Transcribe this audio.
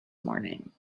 morning